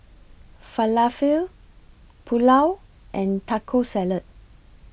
Falafel Pulao and Taco Salad